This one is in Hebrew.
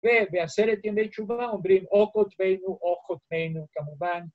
‫ובעשרת ימי תשובה ‫אומרים או כתבנו או חותמנו, כמובן.